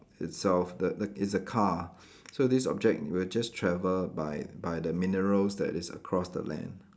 itself the the is a car so this object will just travel by by the minerals that is across the land